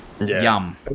Yum